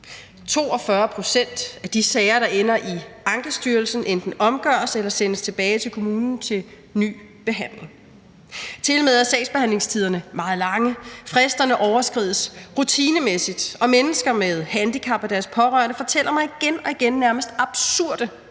42 pct. af de sager, der ender i Ankestyrelsen, enten omgøres eller sendes tilbage til kommunen til ny behandling. Tilmed er sagsbehandlingstiderne meget lange, fristerne overskrides rutinemæssigt, og mennesker med handicap og deres pårørende fortæller mig igen og igen om nærmest absurde